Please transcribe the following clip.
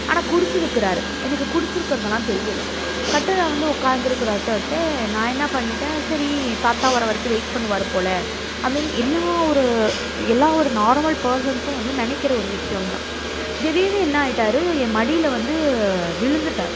ஆனால் குடித்திருக்கிறாரு எனக்கு குடித்திருக்கறது எல்லாம் தெரியலை கட்டிலில் வந்து உக்கார்ந்து இருக்கிற நான் என்ன பண்ணிவிட்டேன் சரி தாத்தா வர்ற வரைக்கும் வெயிட் பண்ணுவார் போல் அப்படின்னு எல்லா ஒரு எல்லா ஒரு நார்மல் பர்சனுக்கும் வந்து நினைக்கிற ஒரு விஷயம் தான் திடீர்னு என்ன ஆகிட்டாரு என் மடியில் வந்து விழுந்துட்டார்